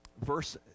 verse